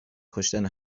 کشتن